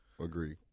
Agree